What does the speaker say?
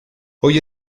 hoy